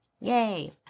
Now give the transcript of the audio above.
yay